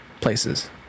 places